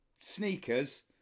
sneakers